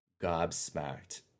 gobsmacked